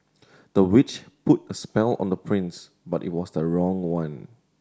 the witch put a spell on the prince but it was the wrong one